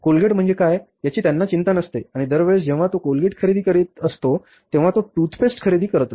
Colgate म्हणजे काय याची त्यांना चिंता नसते आणि दरवेळी जेव्हा तो कोलगेट खरेदी करीत असतो तेव्हा तो टूथपेस्ट खरेदी करतो